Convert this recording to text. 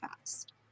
fast